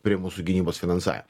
prie mūsų gynybos finansavimo